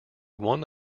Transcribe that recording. one